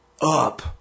up